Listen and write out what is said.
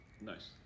Nice